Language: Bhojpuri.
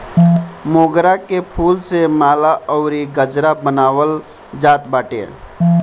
मोगरा के फूल से माला अउरी गजरा बनावल जात बाटे